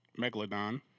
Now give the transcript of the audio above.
Megalodon